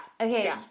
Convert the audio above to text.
Okay